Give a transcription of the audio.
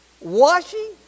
Washing